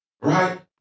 Right